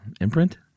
imprint